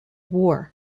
war